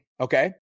okay